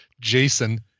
Jason